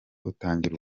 utangira